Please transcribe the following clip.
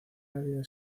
había